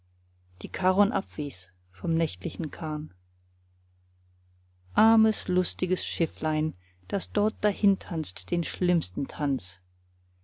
die charon abwies vom nächtlichen kahn armes lustiges schifflein das dort dahintanzt den schlimmsten tanz